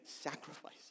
sacrifice